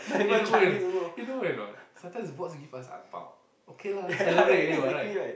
you know when you know when a not sometimes boss give us ang bao okay lah celebrate already what right